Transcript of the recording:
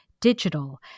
digital